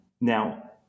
Now